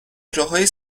جاهای